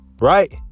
Right